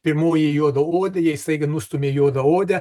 pirmoji juodaodė jei staiga nustumia juodaodę